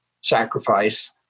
sacrifice